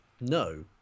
no